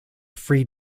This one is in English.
free